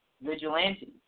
vigilantes